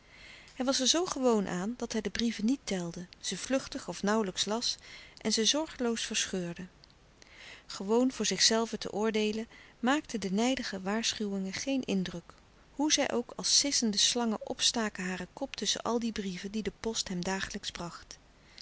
hij was er zoo gewoon aan dat hij de brieven niet telde ze vluchtig of nauwlijks las en ze zorgeloos verscheurde gewoon voor zichzelven te oordeelen maakten de nijdige waarschuwingen geen indruk hoe zij ook als sissende slangen opstaken hare kop tusschen al de brieven die de post hem dagelijks bracht